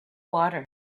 water